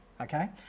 okay